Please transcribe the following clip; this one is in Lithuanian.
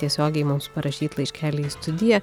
tiesiogiai mums parašyt laiškelį į studiją